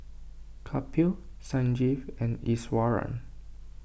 Kapil Sanjeev and Iswaran